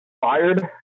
fired